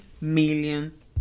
million